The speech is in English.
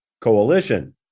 coalition